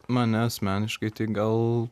mane asmeniškai tai gal